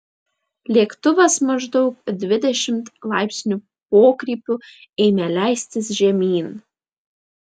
lėktuvas maždaug dvidešimt laipsnių pokrypiu ėmė leistis žemyn